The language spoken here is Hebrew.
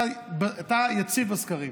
אתה יציב בסקרים.